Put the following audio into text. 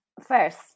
First